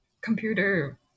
computer